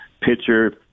pitcher